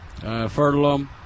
Fertilum